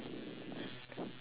ya